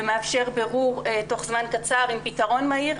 ומאפשר בירור תוך זמן קצר עם פתרון מהיר,